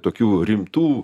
tokių rimtų